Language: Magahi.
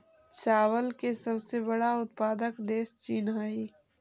चावल के सबसे बड़ा उत्पादक देश चीन हइ